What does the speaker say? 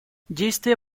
действия